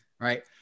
right